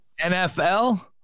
NFL